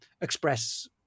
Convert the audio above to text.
express